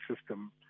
system